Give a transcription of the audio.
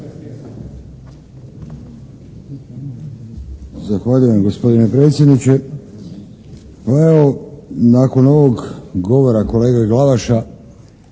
Zahvaljujem gospodine predsjedniče. Pa evo nakon ovog govora kolege Glavaša,